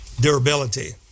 durability